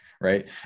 right